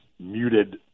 muted